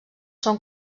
són